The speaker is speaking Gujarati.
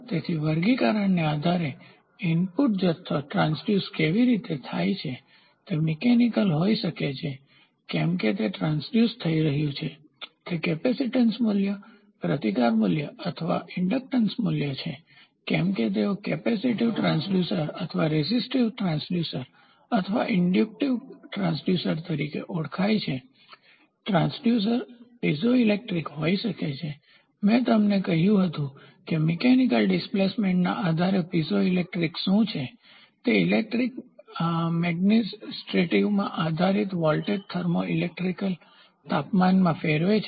તેથી વર્ગીકરણના આધારે ઇનપુટ જથ્થો ટ્રાન્સડ્યુસ કેવી રીતે થાય છે તે મિકેનિકલયાંત્રિક હોઈ શકે છે કે કેમ તે ટ્રાન્સડ્યુસ થઈ રહ્યું છે તે કેપેસિટીન્સ મૂલ્ય પ્રતિકાર મૂલ્ય અથવા અને ઇન્ડક્ટન્સ મૂલ્ય છે કે કેમ તેઓ કેપેસિટીવ ટ્રાંસડ્યુસર અથવા રેઝિટિવ ટ્રાંસડ્યુસર અથવા ઇન્ડ્યુક્ટીવ ટ્રાંસડ્યુસર તરીકે ઓળખાય છે ટ્રાંસડ્યુસર પીઝોઇલેક્ટ્રિક હોઈ શકે છે મેં તમને કહ્યું હતું મિકેનિકલયાંત્રિક ડિસ્પ્લેસમેન્ટના આધારે પીઝોઇલેક્ટ્રિક શું છે તે ઇલેક્ટ્રિક મેગ્નેટોસ્ટ્રીક્ટિવમાં આધારિત વોલ્ટેજ થર્મો ઇલેક્ટ્રિકલ તાપમાનમાં ફેરવે છે